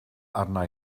arna